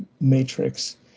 matrix